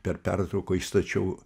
per pertrauką įstačiau